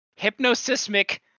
hypnosismic